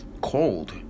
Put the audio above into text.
Cold